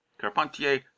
Carpentier